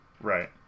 Right